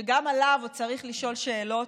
שגם עליו עוד צריך לשאול שאלות: